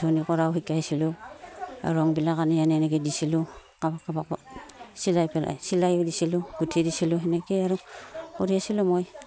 কৰাও শিকাইছিলোঁ আৰু ৰংবিলাক আনি আনে এনেকৈ দিছিলোঁ কাৰোবাক কাৰোবাক চিলাই পেলাই চিলাই দিছিলোঁ গোঁঠি দিছিলোঁ সেনেকৈয়ে আৰু কৰি আছিলোঁ মই